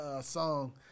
song